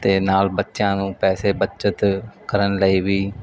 ਤੇ ਨਾਲ ਬੱਚਿਆਂ ਨੂੰ ਪੈਸੇ ਬੱਚਤ ਕਰਨ ਲਈ ਵੀ